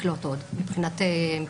לקלוט עוד, מבחינה כמותית.